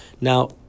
now